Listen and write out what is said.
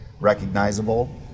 recognizable